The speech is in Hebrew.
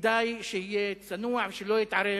כדאי שיהיה צנוע ולא יתערב,